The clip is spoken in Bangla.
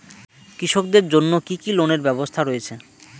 কৃষকদের জন্য কি কি লোনের ব্যবস্থা রয়েছে?